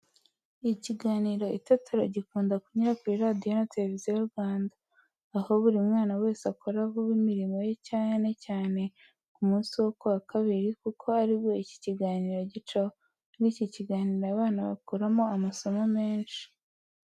Ikiganiro Itetero gikunda kunyura kuri Radiyo na Televiziyo Rwanda, aho buri mwana wese akora vuba imirimo ye cyane cyane ku munsi wo ku wa Kabiri kuko ari bwo icyo kiganiro gicaho. Muri iki kiganiro abana bakuramo amasomo menshi.